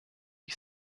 ich